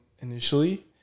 initially